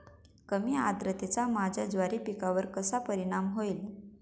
कमी आर्द्रतेचा माझ्या ज्वारी पिकावर कसा परिणाम होईल?